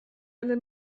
ale